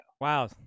Wow